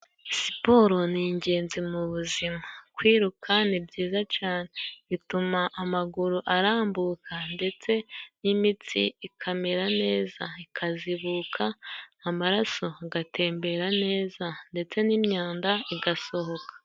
Siporo ni ingenzi mu buzima. Kwiruka ni byiza cyane. Bituma amaguru arambuka, ndetse n'imitsi ikamera neza, ikazibuka, amaraso agatembera neza. Ndetse n'imyanda igasohoka.